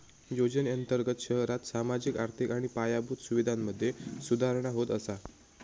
योजनेअंर्तगत शहरांत सामाजिक, आर्थिक आणि पायाभूत सुवीधांमधे सुधारणा होत असा